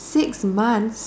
six months